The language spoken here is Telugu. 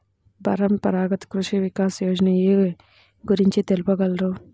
పరంపరాగత్ కృషి వికాస్ యోజన ఏ గురించి తెలుపగలరు?